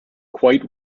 quite